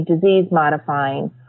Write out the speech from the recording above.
disease-modifying